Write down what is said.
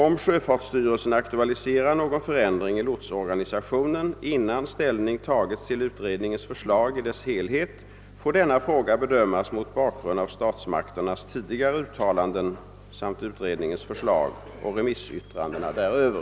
Om sjöfartsstyrelsen aktualiserar någon förändring i lotsorganisationen innan ställning tagits till utredningens förslag i dess helhet, får denna fråga bedömas mot bakgrund av statsmakternas tidigare uttalanden samt utredningens förslag och remissyttrandena däröver.